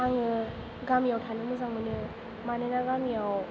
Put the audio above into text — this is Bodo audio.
आङो गामियाव थानो मोजां मोनो मानोना गामियाव